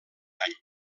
any